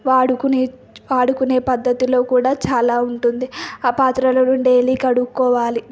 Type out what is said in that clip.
వాడుకునే వాడుకునే పద్ధతిలో కూడా చాలా ఉంటుంది ఆ పాత్రలను డైలీ కడుక్కోవాలి